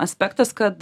aspektas kad